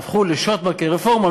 והפכו לשוט כרפורמה.